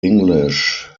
english